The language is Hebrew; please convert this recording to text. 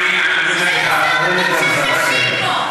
כמה שאלות, תשיב לנו.